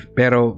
pero